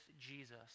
Jesus